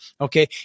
Okay